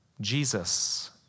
Jesus